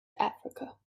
africa